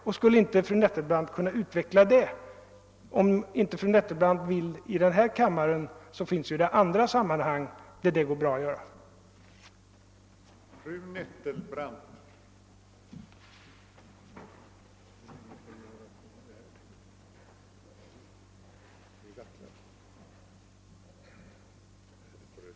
Om inte fru Nettelbrandt vill närmare utveckla den saken här i kammaren, finns det andra sammanhang där det kan gå bra att göra det.